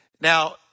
Now